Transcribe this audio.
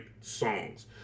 songs